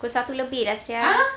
pukul satu lebih lah [sial]